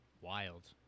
wild